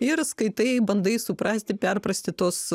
ir skaitai bandai suprasti perprasti tuos